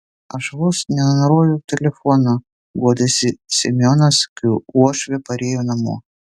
aš vos nenuroviau telefono guodėsi semionas kai uošvė parėjo namo